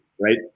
right